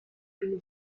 une